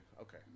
Okay